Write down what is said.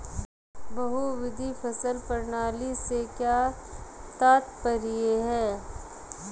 बहुविध फसल प्रणाली से क्या तात्पर्य है?